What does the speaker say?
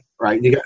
right